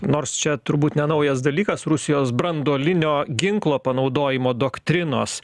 nors čia turbūt nenaujas dalykas rusijos branduolinio ginklo panaudojimo doktrinos